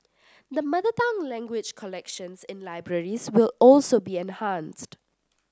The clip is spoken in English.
the mother tongue language collections in libraries will also be enhanced